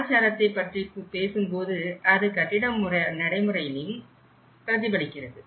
கலாச்சாரத்தை பற்றி பேசும்போது அது கட்டிட நடைமுறைகளிலும் பிரதிபலிக்கிறது